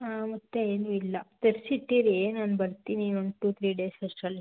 ಹಾಂ ಮತ್ತೆ ಏನುಯಿಲ್ಲ ತರಿಸಿಟ್ಟಿರಿ ನಾನು ಬರುತ್ತೀನಿ ಒಂದು ಟು ತ್ರೀ ಡೇಸ್ ಅಷ್ಟರಲ್ಲಿ